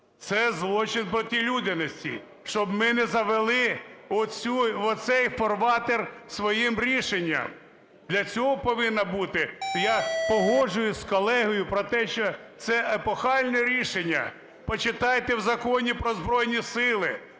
це злочин проти людяності. Щоб ми не завели оцю… в оцей фарватер своїм рішенням. Для цього повинна бути, я погоджусь з колегою про те, що це – епохальне рішення. Почитайте в Законі про Збройні Сили,